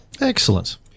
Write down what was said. Excellent